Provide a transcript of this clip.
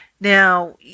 Now